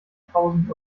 tausend